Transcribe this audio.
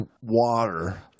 water